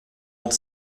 donc